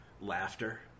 laughter